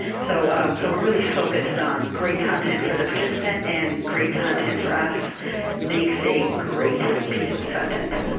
so um so we're really focused on great content for the participant, and great content for us makes a great piece of content.